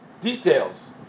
details